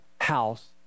house